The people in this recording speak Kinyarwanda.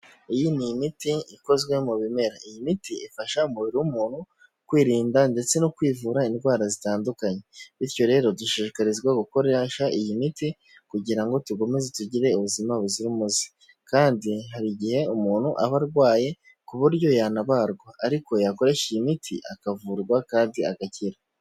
Iyi ni imiti ikozwe mu bimera. Iyi miti ifasha umubiri w'umuntu kwirinda ndetse no kwivura indwara zitandukanye, bityo rero dushishikarizwa gukoresha iyi miti kugira ngo dukomeze tugire ubuzima buzira umuze kandi hari igihe umuntu aba arwaye ku buryo yanabagwa, ariko yakoresha iyi imiti akavurwa kandi agakira.